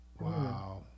Wow